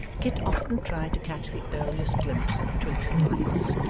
kit often tried to catch the earliest glimpse of twinkling lights,